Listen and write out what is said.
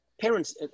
parents